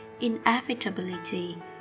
inevitability